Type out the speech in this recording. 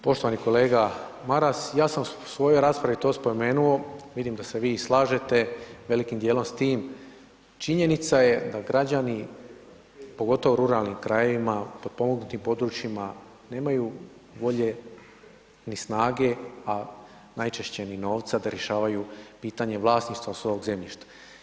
Poštovani kolega Maras, ja sam u svojoj raspravi to spomenuo, vidim da se vi slažete velikim dijelom s tim, činjenica je da građani pogotovo u ruralnim krajevima, u potpomognutim područjima nemaju volje ni snage a najčešće ni novca da rješavaju pitanje vlasništva svog zemljišta.